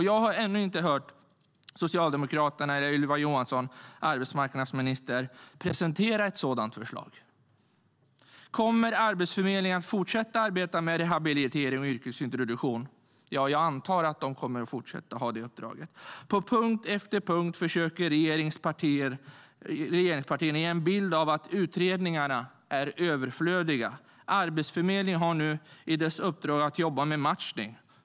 Jag har ännu inte hört Socialdemokraterna eller arbetsmarknadsminister Ylva Johansson presentera något sådant förslag. På punkt efter punkt försöker regeringspartierna ge en bild av att utredningar är överflödiga. Arbetsförmedlingen har nu uppdraget att jobba med matchning.